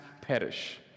perish